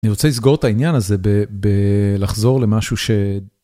אני רוצה לסגור את העניין הזה בלחזור למשהו ש...